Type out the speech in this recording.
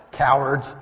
cowards